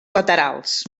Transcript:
laterals